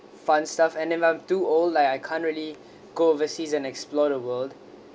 fun stuff and then I'm too old like I can't really go overseas and explore the world